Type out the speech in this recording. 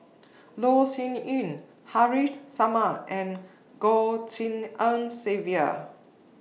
Loh Sin Yun Haresh Sharma and Goh Tshin En Sylvia